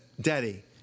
Daddy